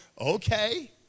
okay